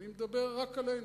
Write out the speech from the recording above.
אני מדבר רק עלינו.